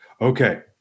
Okay